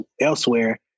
elsewhere